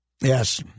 Yes